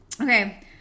Okay